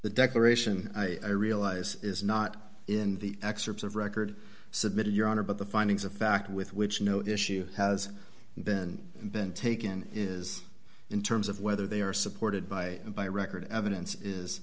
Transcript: the declaration i realize is not in the excerpts of record submitted your honor but the findings of fact with which no issue has been been taken is in terms of whether they are supported by by record evidence